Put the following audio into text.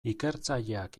ikertzaileak